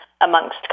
amongst